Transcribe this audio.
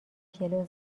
جلو